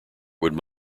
would